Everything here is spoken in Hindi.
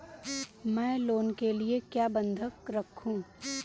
मैं लोन के लिए क्या बंधक रखूं?